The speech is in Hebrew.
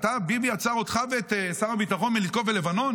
ביבי עצר אותך ואת שר הביטחון מלתקוף בלבנון?